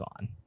on